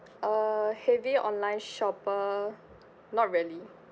uh heavy online shopper not really